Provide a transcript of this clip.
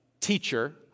teacher